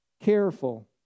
careful